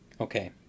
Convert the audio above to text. Okay